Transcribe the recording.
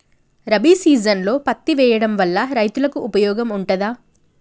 రబీ సీజన్లో పత్తి వేయడం వల్ల రైతులకు ఉపయోగం ఉంటదా?